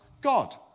God